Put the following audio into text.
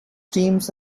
teams